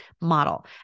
model